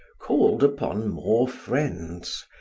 called upon more friends,